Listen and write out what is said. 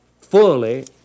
fully